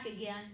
again